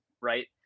right